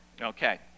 Okay